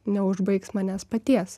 neužbaigs manęs paties